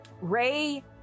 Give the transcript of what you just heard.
Ray